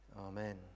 amen